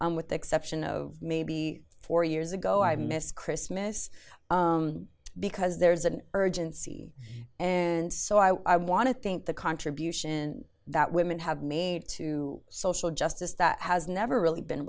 with the exception of maybe four years ago i miss christmas because there's an urgency and so i want to thank the contribution that women have made to social justice that has never really been